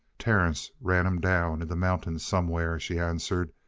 terence ran him down in the mountains somewhere, she answered,